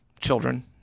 children